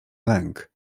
lęk